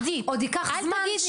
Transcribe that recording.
עידית --- עוד ייקח זמן,